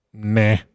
Nah